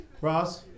Ross